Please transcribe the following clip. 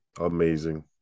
amazing